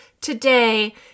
today